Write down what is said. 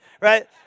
Right